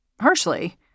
harshly